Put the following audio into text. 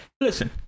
listen